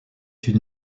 une